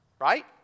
Right